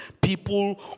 People